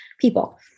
People